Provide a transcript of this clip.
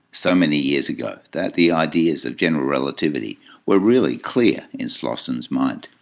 so many years ago, that the ideas of general relativity were really clear in slosson's mind.